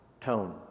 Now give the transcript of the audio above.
tone